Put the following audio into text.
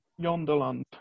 Yonderland